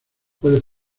pueden